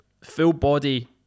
full-body